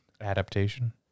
Adaptation